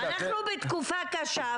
אנחנו בתקופה קשה,